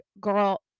girl